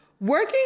Working